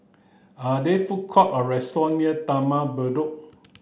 are there food court or restaurant near Taman Bedok